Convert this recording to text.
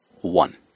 one